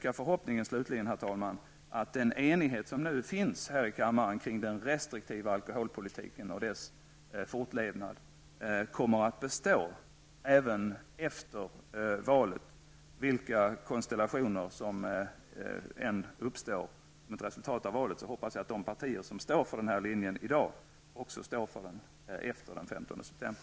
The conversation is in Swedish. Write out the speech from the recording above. Jag vill slutligen, herr talman, uttrycka förhoppningen att den enighet om den restriktiva alkoholpolitiken och dess fortlevnad som nu finns här i kammaren kommer att bestå även efter valet. Oavsett vilka konstellationer som uppstår som ett resultat av valet hoppas jag att de partier som i dag står för denna linje kommer att stå för den även efter den 15 september.